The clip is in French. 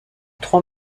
trois